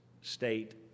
State